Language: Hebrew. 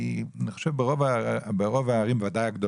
לדעתי זה נכון מאוד לגבי רוב הערים הגדולות.